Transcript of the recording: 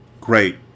Great